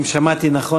אם שמעתי נכון,